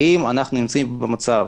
האם אנחנו נמצאים במצב